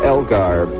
Elgar